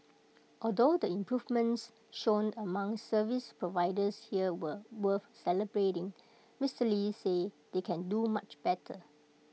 although the improvements shown among service providers here were worth celebrating Mister lee said they can do much better